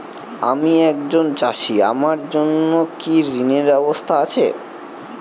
আমি একজন চাষী আমার জন্য কি ঋণের ব্যবস্থা আছে?